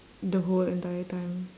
the whole entire time